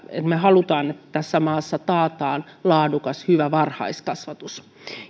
ja me haluamme että tässä maassa taataan laadukas hyvä varhaiskasvatus